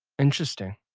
interesting